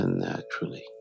Naturally